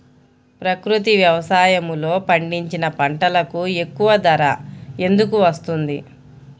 ప్రకృతి వ్యవసాయములో పండించిన పంటలకు ఎక్కువ ధర ఎందుకు వస్తుంది?